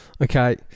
Okay